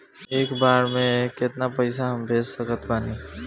एक बेर मे केतना पैसा हम भेज सकत बानी?